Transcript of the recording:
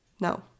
No